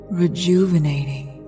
rejuvenating